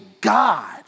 God